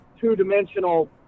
two-dimensional